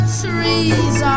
trees